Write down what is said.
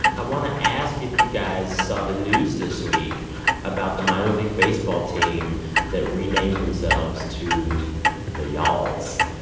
i want to ask if you guys saw the news this week about the minor league baseball team that renamed themselves to the y'alls